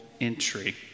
entry